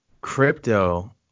Crypto